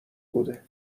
بوده